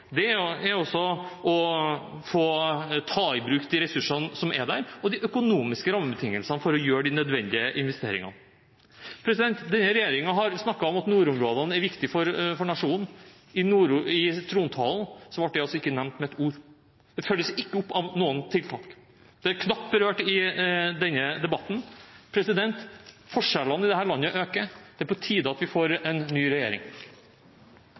er der, og de økonomiske rammebetingelsene for å gjøre de nødvendige investeringene. Denne regjeringen har snakket om at nordområdene er viktig for nasjonen. I trontalen ble dette ikke nevnt med ett ord. Det følges ikke opp med noen tiltak, det er knapt berørt i denne debatten. Forskjellene i dette landet øker. Det er på tide at vi får en ny regjering.